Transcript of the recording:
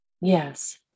Yes